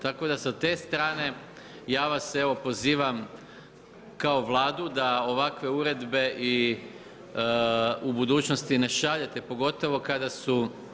Tako da sa te strane ja vas evo pozivam kao Vladu da ovakve uredbe i u budućnosti ne šaljete pogotovo kada su.